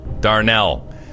Darnell